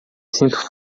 sinto